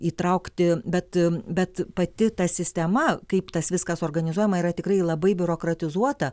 įtraukti bet bet pati ta sistema kaip tas viskas suorganizuojama yra tikrai labai biurokratizuota